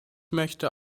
möchte